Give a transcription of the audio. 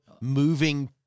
moving